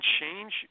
change